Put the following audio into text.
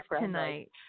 tonight